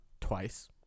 twice